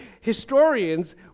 historians